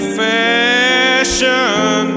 fashion